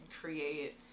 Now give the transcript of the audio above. create